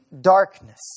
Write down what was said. darkness